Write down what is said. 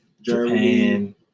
Japan